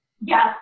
Yes